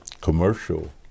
commercial